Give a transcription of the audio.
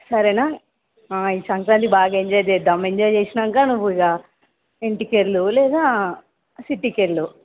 సరేనా ఈ సంక్రాంతికి బాగా ఎంజాయ్ చేద్దాము ఎంజాయ్ చేసినాక నువ్వు ఇక ఇంటికి వెళ్ళు లేదా సిటీకి వెళ్ళు